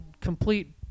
complete